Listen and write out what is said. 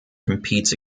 competes